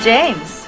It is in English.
James